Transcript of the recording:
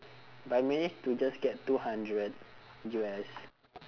but I manage to just get two hundred U_S